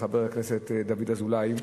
לחבר הכנסת דוד אזולאי,